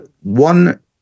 One